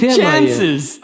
chances